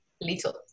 little